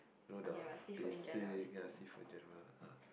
do the basic ya seafood general ah